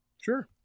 Sure